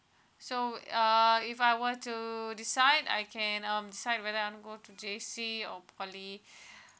so uh if I were to decide I can um decide whether I'm go to J_C or poly